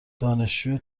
دانشجوی